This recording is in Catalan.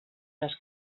les